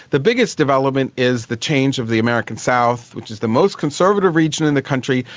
the biggest development is the change of the american south, which is the most conservative region in the country,